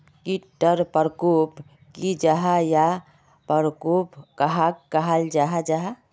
कीट टर परकोप की जाहा या परकोप कहाक कहाल जाहा जाहा?